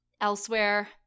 Elsewhere